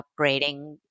upgrading